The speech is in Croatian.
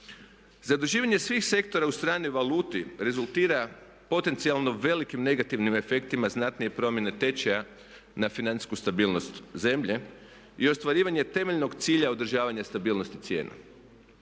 Zaduživanje svih sektora u stranoj valuti rezultira potencijalno velikim negativnim efektima znatnije promjene tečaja na financijsku stabilnost zemlje i ostvarivanje temeljnog cilja održavanja stabilnosti cijena.